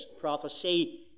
prophecy